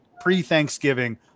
pre-Thanksgiving